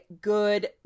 good